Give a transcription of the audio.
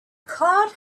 card